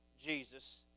Jesus